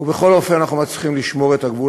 ובכל אופן אנחנו מצליחים לשמור את הגבול